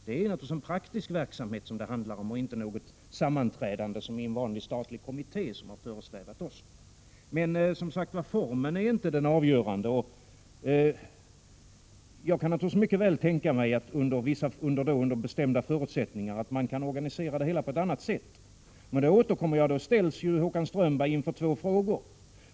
Det som har föresvävat oss är alltså en praktisk verksamhet, inte något sammanträdande som man bedriver i en vanlig statlig kommitté. Men formen är som sagt inte avgörande. Jag kan mycket väl tänka mig att man under bestämda förutsättningar kan organisera det hela på ett annat sätt, vilket Håkan Strömberg var inne på. Men då ställs Håkan Strömberg inför två frågor.